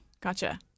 Gotcha